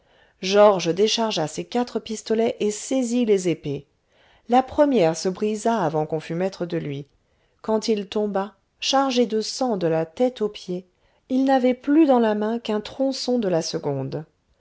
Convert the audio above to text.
georges déchargea ses quatre pistolets et saisit les épées la première se brisa avant qu'on fût maître de lui quand il tomba chargé de sang de la tête aux pieds il n'avait plus dans la main qu'un tronçon de la seconde